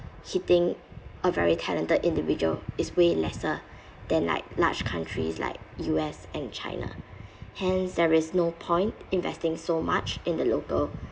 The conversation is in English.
hitting a very talented individual is way lesser than like large countries like U_S and china hence there is no point investing so much in the local